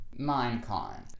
Minecon